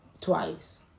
twice